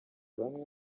bamwe